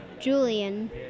Julian